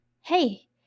Hey